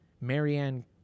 marianne